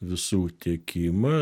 visų tiekimą